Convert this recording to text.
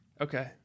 Okay